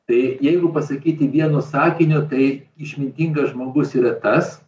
tai jeigu pasakyti vienu sakiniu tai išmintingas žmogus yra tas